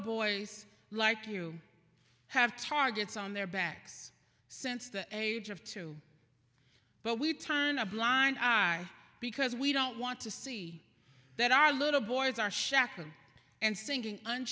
boys like you have targets on their backs since the age of two but we turn a blind eye because we don't want to see that our little boys are shakin and singing